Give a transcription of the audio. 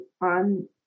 on